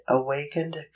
awakened